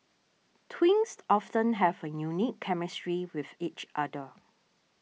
twins often have a unique chemistry with each other